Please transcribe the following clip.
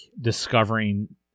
discovering